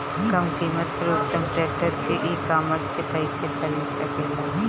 कम कीमत पर उत्तम ट्रैक्टर ई कॉमर्स से कइसे खरीद सकिले?